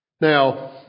Now